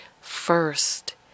first